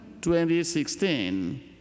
2016